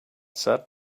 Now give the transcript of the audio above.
said